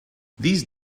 these